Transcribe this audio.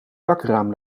dakraam